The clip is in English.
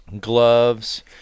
gloves